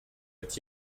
est